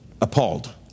appalled